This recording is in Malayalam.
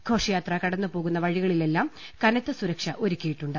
ഘോഷയാത്ര കടന്നുപോകുന്ന വഴികളിലെല്ലാം കനത്ത സുരക്ഷ ഒരുക്കിയിട്ടുണ്ട്